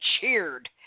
cheered